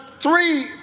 three